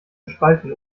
gespalten